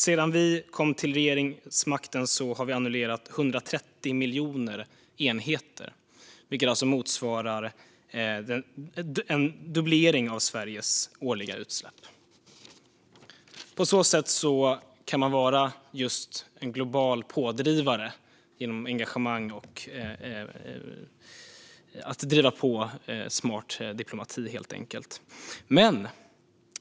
Sedan vi kom till regeringsmakten har vi annullerat 130 miljoner enheter, vilket alltså motsvarar en dubblering av Sveriges årliga utsläpp. På så sätt kan man vara just en global pådrivare, i engagemang och i att driva på smart diplomati, helt enkelt.